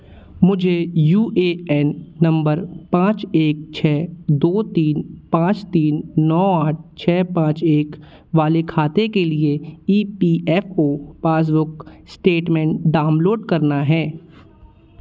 मुझे U A N number पाँच एक छः दो तीन पाँच तीन नौ आठ छः पाँच एक वाले खाते के लिए E P F O passbook balance download करना है